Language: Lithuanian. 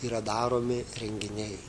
yra daromi renginiai